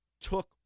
took